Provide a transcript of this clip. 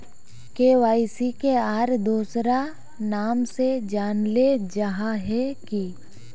KYC के आर दोसरा नाम से जानले जाहा है की?